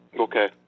Okay